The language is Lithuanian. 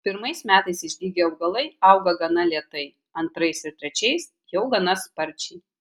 pirmais metais išdygę augalai auga gana lėtai antrais ir trečiais jau gana sparčiai